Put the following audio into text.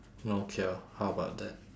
no cure how about that